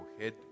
head